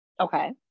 Okay